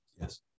yes